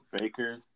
Baker